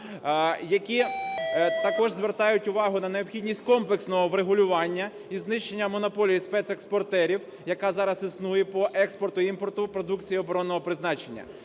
які також звертаються увагу на необхідність комплексного врегулювання і знищення монополії спецекспортерів, яка зараз існує, по експорту і імпорту продукції оборонного призначення.